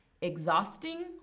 exhausting